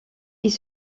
ils